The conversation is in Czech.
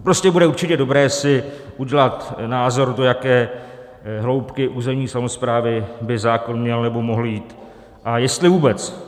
Prostě bude určitě dobré si udělat názor, do jaké hloubky územní samosprávy by zákon měl nebo mohl jít a jestli vůbec.